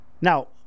Now